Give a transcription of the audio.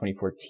2014